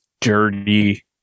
dirty